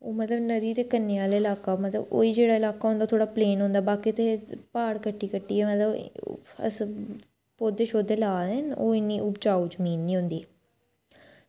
ते ओह् मतलब नदी दे कन्नै आह्ला लाका मतलब ओह् जेह्ड़ा लाका होंदा थोह्ड़ा प्लेन होंदा बाकी ते प्हाड़ कट्टी कट्टियै मतलब पौधे ला दे न ते कोई इन्नी उपजाऊ जमीन निं ऐ उंदी